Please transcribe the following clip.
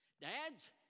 Dads